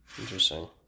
Interesting